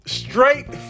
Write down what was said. straight